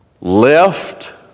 left